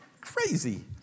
Crazy